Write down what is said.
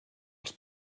als